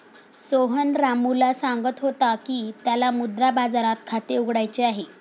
सोहन रामूला सांगत होता की त्याला मुद्रा बाजारात खाते उघडायचे आहे